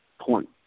point